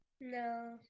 No